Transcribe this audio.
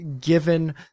given